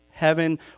Heaven